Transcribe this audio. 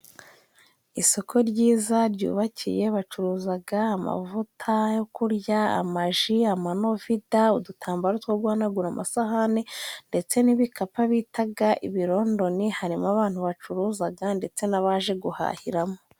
Isoko ryiza ryubakiye, bacuruzaga amavuta yo kurya, amaji, amanovida, udutambaro two guhanagura amasahane ndetse n'ibikapa bitaga ibirondoni. Harimo abantu bacuruzaga ndetse n'abaje guhahiramo.